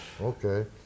okay